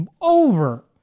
over